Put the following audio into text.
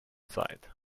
sight